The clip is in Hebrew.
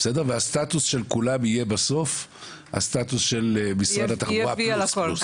והסטטוס של כולם יהיה בסוף הסטטוס של משרד התחבורה פלוס פלוס.